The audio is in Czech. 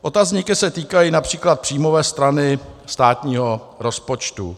Otazníky se týkají např. příjmové strany státního rozpočtu.